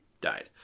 died